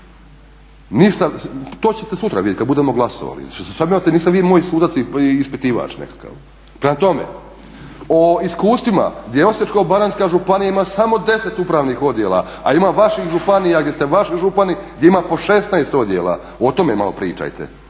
To ćete sutra vidjeti kad budemo glasovali. Niste vi moj sudac i ispitivač nekakav. Prema tome, o iskustvima gdje Osječko-baranjska županija ima samo 10 upravnih odjela, a ima vaših županija gdje su vaši župani gdje ima po 16 odjela. O tome malo pričajte